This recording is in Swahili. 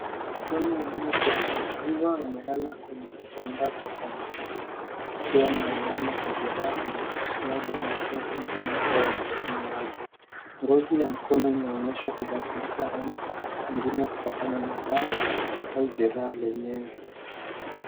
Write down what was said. Mkono uliojeruhiwa umelala kwenye kitambaa cha samawati likiwa na alama la jeraha la upasuaji na kovu zinazoonekana wazi. Ngozi ya mkono inaonyesha kubadilika rangi pengine kutokana na dawa au jeraha lenyewe.